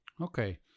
Okay